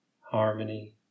harmony